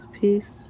peace